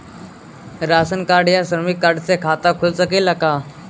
Ration card या श्रमिक card से खाता खुल सकेला का?